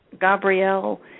Gabrielle